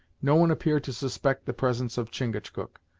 no one appeared to suspect the presence of chingachgook,